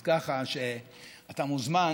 אז ככה שאתה מוזמן